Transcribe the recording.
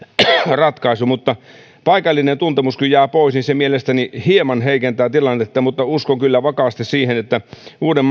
ratkaisu mutta paikallinen tuntemus kun jää pois niin se mielestäni hieman heikentää tilannetta mutta uskon kyllä vakaasti siihen että uuden